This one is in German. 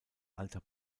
alter